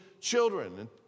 children